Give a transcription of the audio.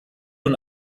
und